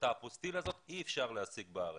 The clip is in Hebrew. את האפוסטיל הזה אי אפשר להשיג בארץ,